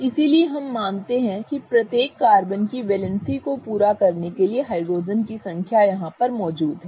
इसलिए हम मानते हैं कि प्रत्येक कार्बन की वैलेंसी को पूरा करने के लिए हाइड्रोजन की संख्या मौजूद है